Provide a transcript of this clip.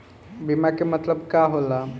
बीमा के मतलब का होला?